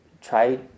try